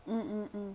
mm mm mm